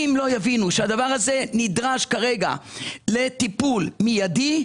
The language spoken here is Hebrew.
אם לא יבינו שהדבר הזה נדרש כרגע לטיפול מיידי,